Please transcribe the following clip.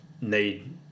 Need